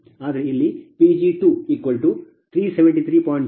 ಆದರೆ ಇಲ್ಲಿ Pg2 373